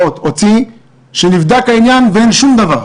הוציא הודעה שנבדק העניין ואין שום דבר,